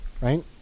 Right